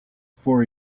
for